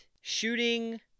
shooting